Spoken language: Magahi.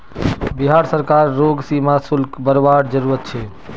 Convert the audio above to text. बिहार सरकार रोग सीमा शुल्क बरवार जरूरत छे